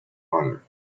honor